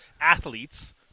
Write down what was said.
athletes